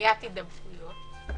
מניעת הידבקויות,